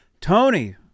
Tony